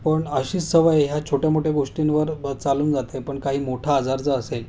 पण अशी सवय या छोट्या मोठ्या गोष्टींवर चालून जाते पण काही मोठा आजार जर असेल